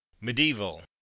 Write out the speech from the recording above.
Medieval